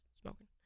smoking